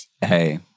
hey